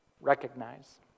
recognize